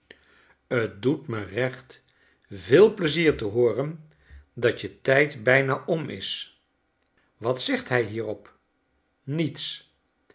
t doet me recht veel plezier te hooren dat je tijd bijna om is wat zegt hij hierop niets